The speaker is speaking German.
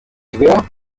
quer